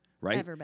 right